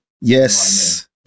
Yes